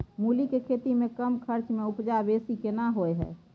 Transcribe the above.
मूली के खेती में कम खर्च में उपजा बेसी केना होय है?